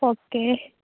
okay